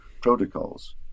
protocols